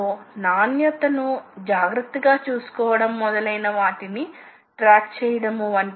కాబట్టి చాలా ఎక్కువ లోడ్లకు వ్యతిరేకంగా చాలా ఖచ్చితమైన కదలికలను సృష్టించాలనే ఆలోచన ఉండాలి